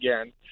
again